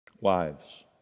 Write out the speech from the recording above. Wives